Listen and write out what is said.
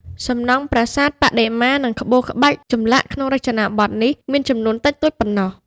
សំណង់ប្រាសាទ បដិមា និងក្បូរក្បាច់ចម្លាក់ក្នុងរចនាបថនេះមានចំនួនតិចតួចប៉ុណ្ណោះ។